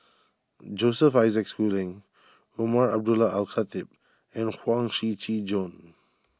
Joseph Isaac Schooling Umar Abdullah Al Khatib and Huang Shiqi Joan